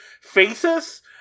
Faces